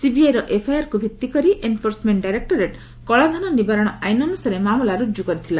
ସିବିଆଇର ଏଫ୍ଆଇଆର୍କୁ ଭିତ୍ତି କରି ଏନ୍ଫୋର୍ସମେଣ୍ଟ ଡାଇରେକ୍ଟୋରେଟ୍ କଳାଧନ ନିବାରଣ ଆଇନ୍ ଅନୁସାରେ ମାମଲା ରୁଜୁ କରିଥିଲା